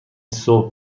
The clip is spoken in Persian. صبح